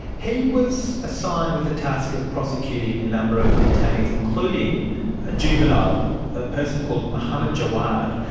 he was assigned with the task of prosecuting a number of detainees including a juvenile, a person called mohamed jawad,